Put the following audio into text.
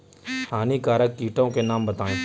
हानिकारक कीटों के नाम बताएँ?